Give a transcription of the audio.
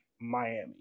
Miami